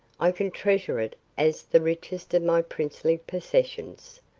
i can treasure it as the richest of my princely possessions.